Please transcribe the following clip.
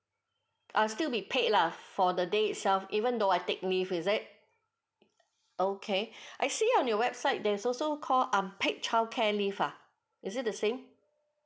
I still need paid lah for the day itself even though I take leave is it okay I see on your website there's also call unpaid childcare leave ah is it the same